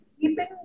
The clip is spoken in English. keeping